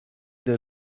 der